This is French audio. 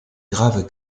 grave